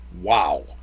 wow